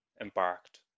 embarked